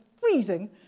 freezing